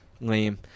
lame